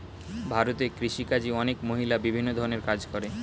ভারতে কৃষিকাজে অনেক মহিলা বিভিন্ন ধরণের কাজ করে